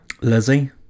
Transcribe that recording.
Lizzie